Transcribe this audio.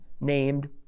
named